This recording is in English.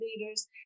leaders